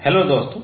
hello दोस्तों